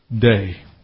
day